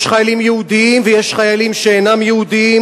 יש חיילים יהודים ויש חיילים שאינם יהודים,